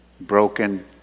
broken